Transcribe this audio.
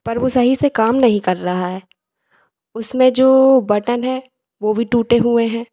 पर वह सही से काम नहीं कर रहा है उसमें जो बटन है वह भी टूटे हुए हैं